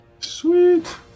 Sweet